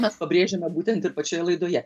mes pabrėžiame būtent ir pačioje laidoje